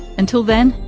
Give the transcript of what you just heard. until then,